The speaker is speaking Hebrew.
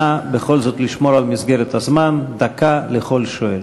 נא בכל זאת לשמור על מסגרת הזמן, דקה לכל שואל.